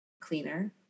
cleaner